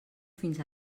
fins